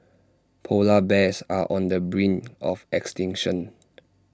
Polar Bears are on the brink of extinction